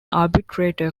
arbitrator